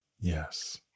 Yes